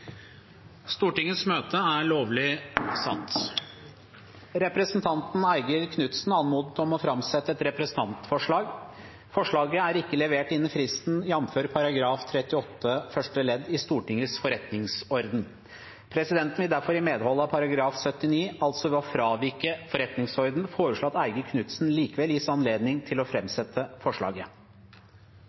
Stortingets forretningsorden. Presidenten vil derfor i medhold av § 79 – altså ved å fravike forretningsordenen – foreslå at Eigil Knutsen likevel gis anledning til å framsette forslaget.